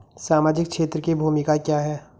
सामाजिक क्षेत्र की भूमिका क्या है?